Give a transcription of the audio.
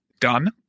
done